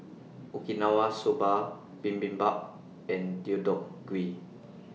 Okinawa Soba Bibimbap and Deodeok Gui